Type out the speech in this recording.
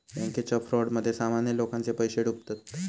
बॅन्केच्या फ्रॉडमध्ये सामान्य लोकांचे पैशे डुबतत